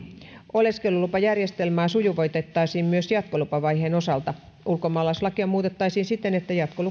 oleskelulupajärjestelmää sujuvoitettaisiin myös jatkolupavaiheen osalta ulkomaalaislakia muutettaisiin siten että jatkolupaa varten ei